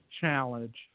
challenge